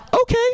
Okay